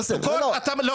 יוסף, לא, לא.